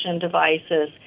devices